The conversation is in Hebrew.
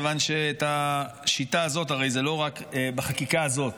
מכיוון שהרי השיטה הזאת היא לא רק בחקיקה הזאת.